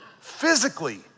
physically